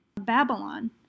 Babylon